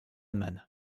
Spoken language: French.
man